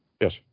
yes